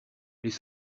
les